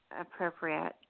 appropriate